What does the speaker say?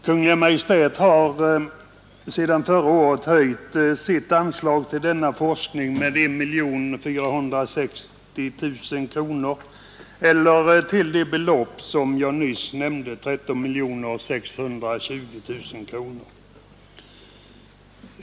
Kungl. Maj:t har sedan förra året höjt anslaget till denna forskning med 1460 000 kronor till det belopp som jag nyss nämnde, 13620 000 kronor.